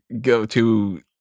go-to